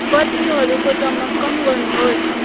बत्तीहरूको चमक कम गर्नुहोस्